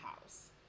house